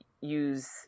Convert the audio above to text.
use